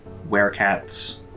werecats